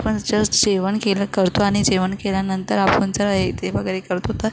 आपण जस्ट जेवण केलं करतो आणि जेवण केल्यानंतर आपण जर ते वगैरे करतो तर